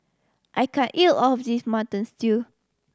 I can't eat all of this Mutton Stew